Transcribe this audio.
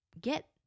get